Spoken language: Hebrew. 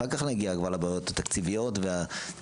אחר כך נגיע כבר לבעיות התקציביות ולתמרוץ,